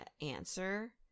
answer